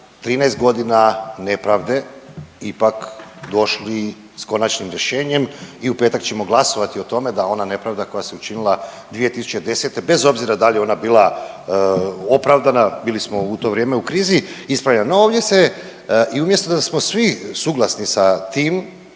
13 godina nepravde ipak došli s konačnim rješenjem i u petak ćemo glasovati o tome da ona nepravda koja se učinila 2010., bez obzira da li je ona bila opravdana, bili smo u to vrijeme u krizi, ispravljana. No, ovdje se, i umjesto da smo svi suglasni sa tim